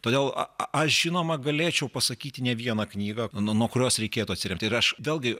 todėl aš žinoma galėčiau pasakyti ne vieną knygą nuo nuo kurios reikėtų atsiremti ir aš vėlgi